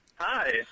Hi